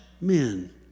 men